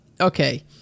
okay